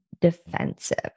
defensive